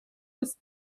ist